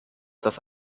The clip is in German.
dass